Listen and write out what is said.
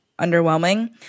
underwhelming